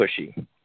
pushy